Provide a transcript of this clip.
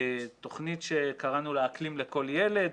תוכנית שקראנו לה "אקלים לכל ילד",